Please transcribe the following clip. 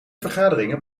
vergaderingen